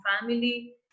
family